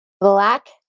black